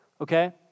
okay